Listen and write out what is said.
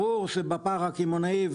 ברור שבפער הקמעונאי,